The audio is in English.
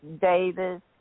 Davis